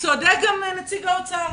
צודק גם נציג משרד האוצר.